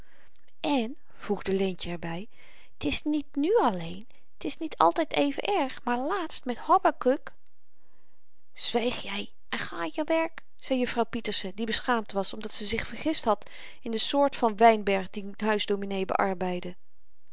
en voegde leentjen er by t is niet nu alleen t is niet altyd even erg maar laatst met habakuk zwyg jy en ga aan je werk zei juffrouw pieterse die beschaamd was omdat ze zich vergist had in de soort van wynberg dien huisdominee bearbeidde